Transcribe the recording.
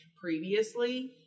previously